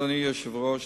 אדוני היושב-ראש.